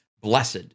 blessed